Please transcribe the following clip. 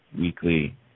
weekly